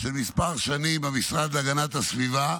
של כמה שנים במשרד להגנת הסביבה,